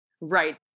Right